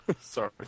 Sorry